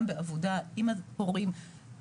גם בעבודה עם ההורים.